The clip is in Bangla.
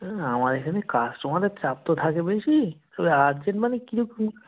তাই না আমার এখানে কাস্টমারের চাপ তো থাকে বেশি তবে আর্জেন্ট মানে কী রকম